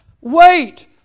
wait